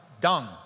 dung